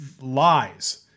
lies